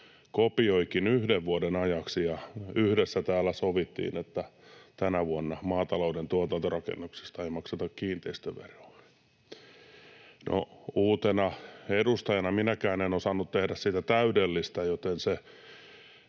kopioikin yhden vuoden ajaksi. Yhdessä täällä sovittiin, että tänä vuonna maatalouden tuotantorakennuksista ei makseta kiinteistöveroa. No, uutena edustajana minäkään en osannut tehdä siitä täydellistä, joten ei